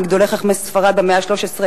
מגדולי חכמי ספרד במאה ה-13,